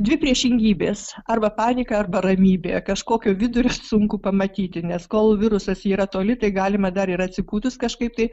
dvi priešingybės arba panika arba ramybė kažkokio vidurio sunku pamatyti nes kol virusas yra toli tai galima dar ir atsipūtus kažkaip tai